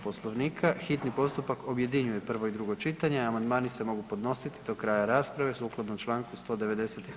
Poslovnika hitni postupak objedinjuje prvo i drugo čitanje, a amandmani se mogu podnosit do kraja rasprave sukladno čl. 197.